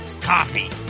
coffee